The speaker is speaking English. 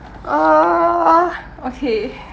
uh okay